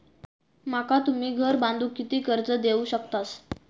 माका तुम्ही घर बांधूक किती कर्ज देवू शकतास?